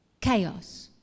Chaos